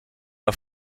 mal